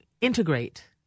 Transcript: integrate